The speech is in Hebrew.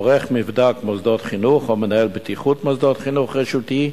עורך מבדק מוסדות חינוך או מנהל בטיחות מוסדות חינוך רשותי,